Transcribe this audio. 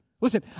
Listen